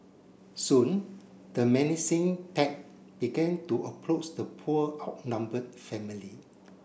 soon the menacing pack began to approach the poor outnumbered family